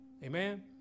amen